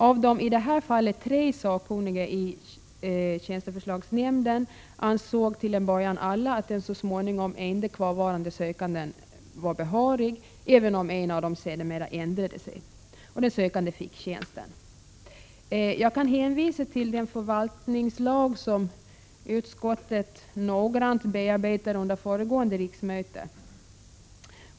Av de i det här fallet tre sakkunniga i tjänsteförslagsnämnden ansåg till en början alla den så småningom enda kvarstående sökanden vara behörig, även om en av dem sedermera ändrade sig. Den sökande fick tjänsten. Jag kan hänvisa till den förvaltningslag som utskottet noggrant bearbetade vid föregående riksmöte.